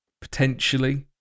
potentially